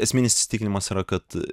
esminis įsitikinimas yra kad